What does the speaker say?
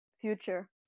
future